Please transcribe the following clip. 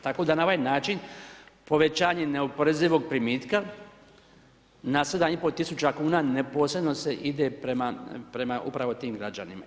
Tako da na ovaj način povećanje neoporezivog primitka na 7,5 tisuća kuna neposredno se ide prema upravo tim građanima.